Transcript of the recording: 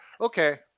Okay